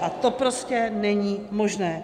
A to prostě není možné.